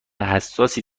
حساسی